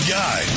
guy